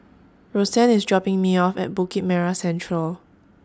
Rosann IS dropping Me off At Bukit Merah Central